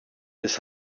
his